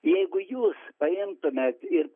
jeigu jūs paimtumėt ir